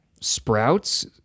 sprouts